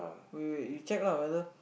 wait wait wait you check lah weather